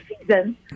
season